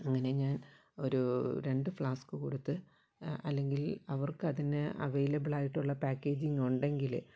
അങ്ങനെ ഞാൻ ഒര് രണ്ട് ഫ്ലാസ്ക്ക് കൊടുത്ത് അല്ലെങ്കിൽ അവർക്കതിന് അവൈലബിലായിട്ടുള്ള പാക്കേജിംഗ് ഉണ്ടെങ്കിൽ